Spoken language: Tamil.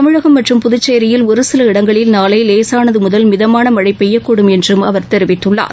தமிழகம் மற்றும் புதுச்சேரியில் ஒரு சில இடங்களில் நாளை லேசானது முதல் மிதமான மழை பெய்யக்கூடும் என்றும் அவர் தெரிவித்துள்ளார்